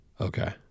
Okay